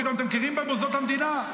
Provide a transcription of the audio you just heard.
פתאום אתם מכירים במוסדות המדינה.